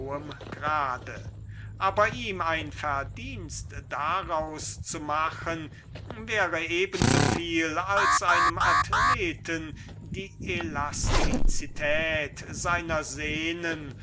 grade aber ihm oder irgend einem andern ein verdienst daraus machen wäre eben so viel als einem athleten die elastizität seiner sehnen